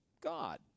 God